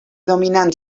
dominant